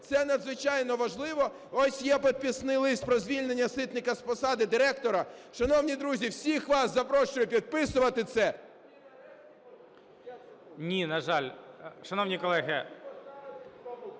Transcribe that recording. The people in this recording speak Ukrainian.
Це надзвичайно важливо. Ось є підписаний лист про звільнення Ситника з посади директора. Шановні друзі, всіх вас запрошую підписувати це... ГОЛОВУЮЧИЙ. Ні, на жаль. Шановні колеги…